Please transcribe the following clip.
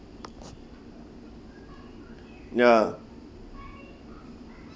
ya